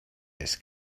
this